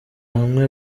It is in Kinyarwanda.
hamwe